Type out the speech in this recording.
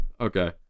okay